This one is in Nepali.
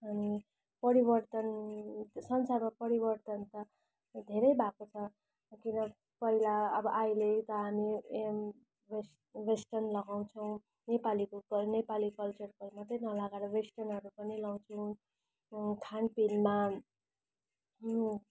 अनि परिवर्तन संसारमा परिवर्तन त धेरै भएको छ किन पहिला अब अहिले त हामी ए वेस वेस्टर्न लगाउँछौँ नेपालीको नेपाली कल्चरको मात्रै नलगाएर वेस्टर्नहरू पनि लगाउँछौँ अनि खानपिनमा